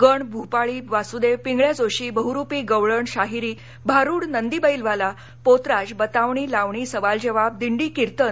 गण भूपाळी वासुदेव पिंगळ्या जोशी बहरुपी गवळण शाहिरी भारुड नंदी बैलवाला पोतराज बतावणी लावणी सवाल जवाब दिंडी कीर्तन